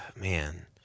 man